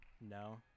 no